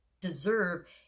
deserve